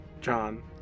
John